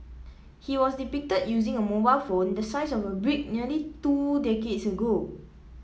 he was depicted using a mobile phone the size of a brick nearly two decades ago